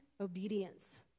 obedience